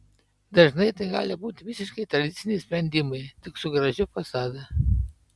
dažnai tai gali būti visiškai tradiciniai sprendimai tik su gražiu fasadu